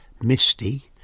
misty